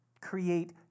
create